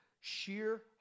Sheer